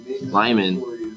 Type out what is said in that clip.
Lyman